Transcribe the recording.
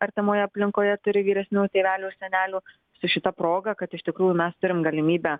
artimoje aplinkoje turi vyresnių tėvelių ar senelių su šita proga kad iš tikrųjų mes turim galimybę